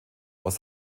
aus